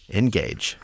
engage